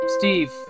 Steve